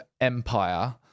empire